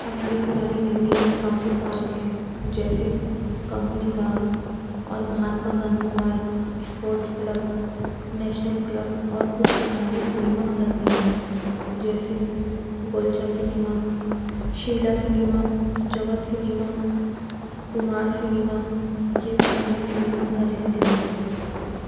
ہماری پرانی دِلی میں کافی پارک ہیں جیسے کمپنی باغ اور Mahatma Gandhi park sports club national club اور کچھ پرانے سنیما گھر بھی ہیں جیسے Golcha cinema Sheela cinema Jagat cinema Kumar cinema یہ پرانے سنیما گھر ہیں دِلی کے